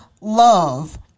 love